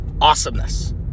awesomeness